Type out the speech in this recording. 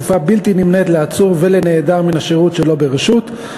(תקופה בלתי נמנית לעצור ולנעדר מן השירות שלא ברשות),